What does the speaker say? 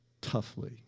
toughly